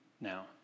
now